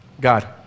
God